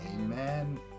amen